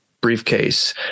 briefcase